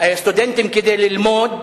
סטודנטים כדי ללמוד,